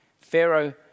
Pharaoh